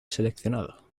seleccionado